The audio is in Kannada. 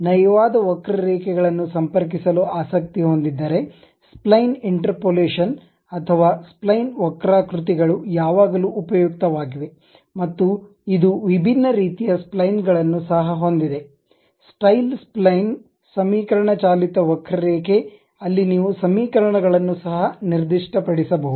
ನಯವಾದ ವಕ್ರರೇಖೆಗಳನ್ನು ಸಂಪರ್ಕಿಸಲು ಆಸಕ್ತಿ ಹೊಂದಿದ್ದರೆ ಸ್ಪ್ಲೈನ್ ಇಂಟರ್ಪೋಲೇಷನ್ ಅಥವಾ ಸ್ಪ್ಲೈನ್ ವಕ್ರಾಕೃತಿ ಗಳು ಯಾವಾಗಲೂ ಉಪಯುಕ್ತವಾಗಿವೆ ಮತ್ತು ಇದು ವಿಭಿನ್ನ ರೀತಿಯ ಸ್ಪ್ಲೈನ್ಗಳನ್ನು ಸಹ ಹೊಂದಿದೆ ಸ್ಟೈಲ್ ಸ್ಪ್ಲೈನ್ ಸಮೀಕರಣ ಚಾಲಿತ ವಕ್ರರೇಖೆ ಅಲ್ಲಿ ನೀವು ಸಮೀಕರಣಗಳನ್ನು ಸಹ ನಿರ್ದಿಷ್ಟಪಡಿಸಬಹುದು